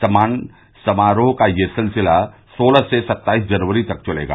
सम्मान समारोह का यह सिलसिला सोलह से सत्ताईस जनवरी तक चलेगा